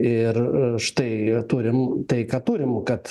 ir štai turim tai ką turim kad